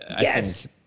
Yes